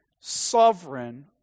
sovereign